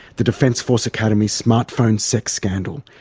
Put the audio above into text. the defence force academy smartphone sex scandal.